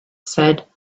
said